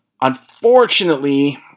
Unfortunately